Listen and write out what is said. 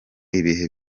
ibihe